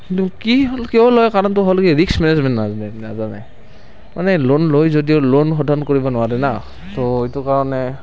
কিন্তু কি হ'ল কিয় লয় কাৰণটো হ'ল কি ৰিক্স মেনেজমেণ্ট নাজানে নাজানে মানে লোন লয় যদিও লোন সোধন কৰিব নোৱাৰে না তো এইটো কাৰণে